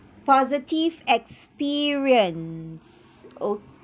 positive experience o~